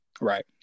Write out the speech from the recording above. Right